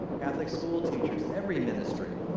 catholic school teachers, every ministry!